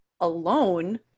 alone